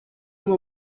uma